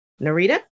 Narita